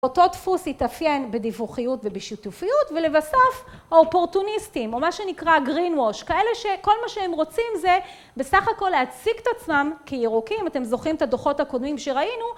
אותו דפוס יתאפיין בדיווחיות ובשותפיות, ולבסוף האופורטוניסטים, או מה שנקרא גרין ווש, כאלה שכל מה שהם רוצים זה בסך הכל להציג את עצמם כירוקים, אתם זוכרים את הדוחות הקודמים שראינו,